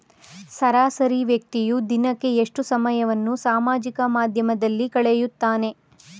ಸರಾಸರಿ ವ್ಯಕ್ತಿಯು ದಿನಕ್ಕೆ ಎಷ್ಟು ಸಮಯವನ್ನು ಸಾಮಾಜಿಕ ಮಾಧ್ಯಮದಲ್ಲಿ ಕಳೆಯುತ್ತಾನೆ?